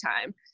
time